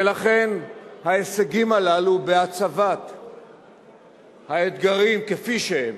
ולכן ההישגים הללו בהצבת האתגרים כפי שהם,